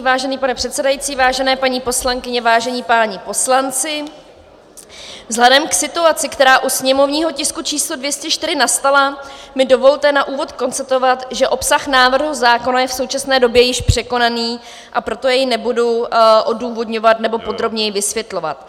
Vážený pane předsedající, vážené paní poslankyně, vážení páni poslanci, vzhledem k situaci, která u sněmovního tisku č. 204 nastala, mi dovolte na úvod konstatovat, že obsah návrhu zákona je v současné době již překonaný, a proto jej nebudu odůvodňovat nebo podrobněji vysvětlovat.